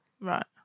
right